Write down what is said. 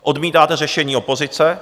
Odmítáte řešení opozice.